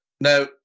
Now